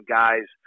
guys